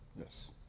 Yes